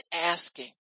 asking